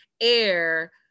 air